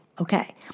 okay